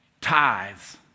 tithes